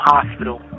Hospital